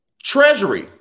Treasury